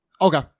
Okay